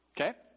Okay